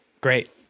Great